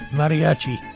mariachi